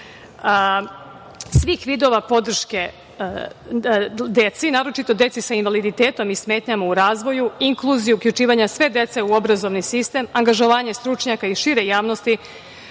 svih vidova podrške deci, naročito deci sa invaliditetom i smetnjama u razvoju, inkluziju, uključivanje sve dece u obrazovni sistem, angažovanje stručnjaka i šire javnosti